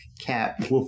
Cat